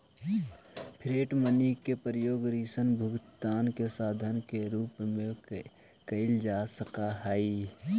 fiat money के प्रयोग ऋण भुगतान के साधन के रूप में कईल जा सकऽ हई